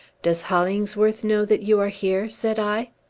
does hollingsworth know that you are here? said i.